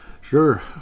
Sure